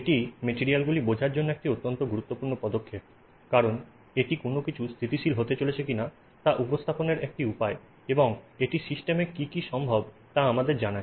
এটি মেটেরিয়ালগুলি বোঝার জন্য একটি অত্যন্ত গুরুত্বপূর্ণ পদক্ষেপ কারণ এটি কোন কিছু স্থিতিশীল হতে চলেছে কিনা তা উপস্থাপনের একটি উপায় এবং এটি সিস্টেমে কী কী সম্ভব তা আমাদের জানান